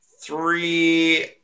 three